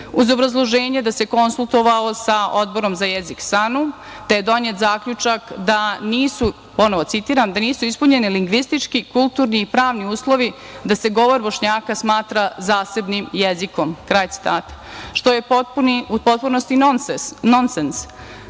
uz obrazloženje da se konsultovao sa Odborom za jezik SANU, te je donet zaključak, citiram: „ da nisu ispunjeni lingvistički, kulturni i pravni uslovi da se govor Bošnjaka smatra zasebnim jezikom“, kraj citata, što je u potpunosti nonsens,